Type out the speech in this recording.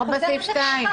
עמוד 4, סעיף (2).